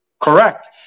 Correct